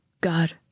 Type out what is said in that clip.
God